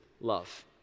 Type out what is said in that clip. love